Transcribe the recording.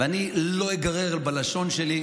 ואני לא אגרר בלשון שלי,